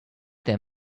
their